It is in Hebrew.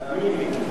תאמין לי.